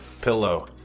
pillow